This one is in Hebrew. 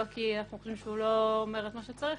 לא כי אנחנו חושבים שהוא לא אומר את מה שצריך,